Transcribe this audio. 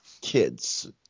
kids